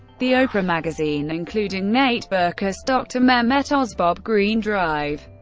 the oprah magazine including nate berkus, dr. mehmet oz, bob greene, dr.